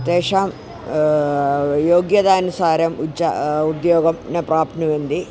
तेषां योग्यतानुसारम् उच्च उद्योगं न प्राप्नुवन्ति